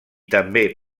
també